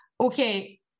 okay